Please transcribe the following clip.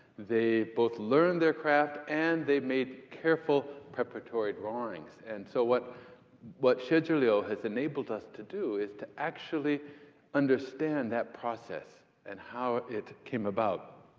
they both learned their craft and they made careful preparatory drawings. and so what but xie zhiliu has enabled us to do is to actually understand that process and how it came about.